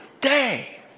day